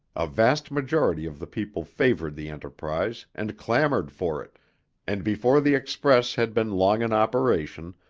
a vast majority of the people favored the enterprise and clamored for it and before the express had been long in operation,